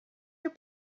your